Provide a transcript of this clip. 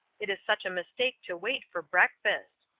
it is such a mistake to wait for breakfast.